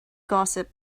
gossip